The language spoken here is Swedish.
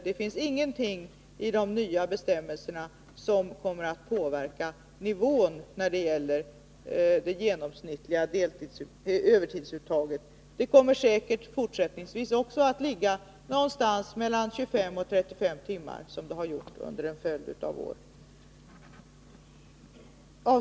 Det finns ingenting i de nya bestämmelserna som kommer att påverka nivån när det gäller det genomsnittliga övertidsuttaget. Säkert kommer det också fortsättningsvis att ligga någonstans mellan 25 och 35 timmar. Så har det varit under en följd av år.